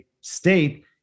state